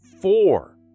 four